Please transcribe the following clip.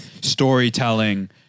storytelling